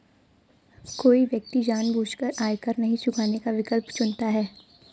कोई व्यक्ति जानबूझकर आयकर नहीं चुकाने का विकल्प चुनता है